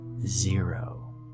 zero